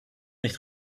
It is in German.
nicht